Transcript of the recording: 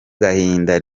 gahinda